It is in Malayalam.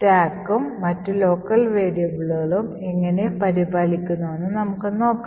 സ്റ്റാക്കും മറ്റ് local വേരിയബിളുകളും എങ്ങനെ പരിപാലിക്കുന്നുവെന്ന് ഇന്ന് നമുക്ക് നോക്കാം